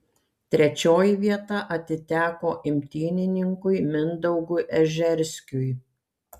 trečioji vieta atiteko imtynininkui mindaugui ežerskiui